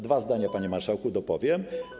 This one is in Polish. Dwa zdania, panie marszałku, dopowiem.